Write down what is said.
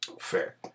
Fair